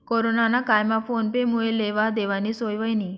corona ना कायमा phone पे मुये लेवा देवानी सोय व्हयनी